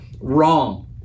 wrong